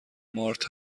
مارت